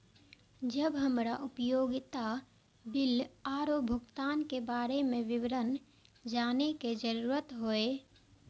जब हमरा उपयोगिता बिल आरो भुगतान के बारे में विवरण जानय के जरुरत होय?